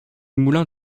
moulin